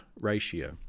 ratio